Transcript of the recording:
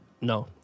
No